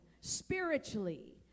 spiritually